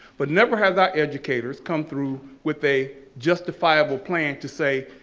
but never have our educators come through with a justifiable plan to say,